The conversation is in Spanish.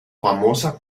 famosa